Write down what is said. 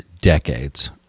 decades